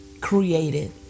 created